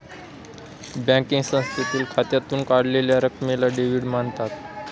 banking संस्थेतील खात्यातून काढलेल्या रकमेला डेव्हिड म्हणतात